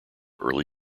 early